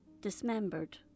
dismembered